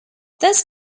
this